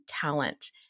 talent